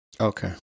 Okay